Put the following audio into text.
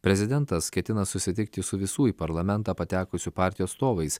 prezidentas ketina susitikti su visų į parlamentą patekusių partijų atstovais